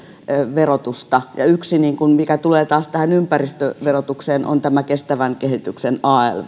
verotusta ja yksi mikä tulee taas tähän ympäristöverotukseen on kestävän kehityksen alv